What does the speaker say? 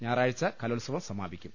ഞായ റാഴ്ച കലോത്സവം സമാപിക്കും